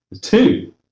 two